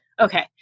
Okay